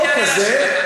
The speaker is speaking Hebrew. בחוק הזה, אני אעלה להשיב.